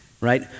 right